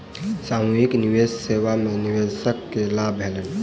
सामूहिक निवेश सेवा में निवेशक के लाभ भेलैन